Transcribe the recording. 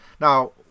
Now